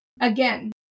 Again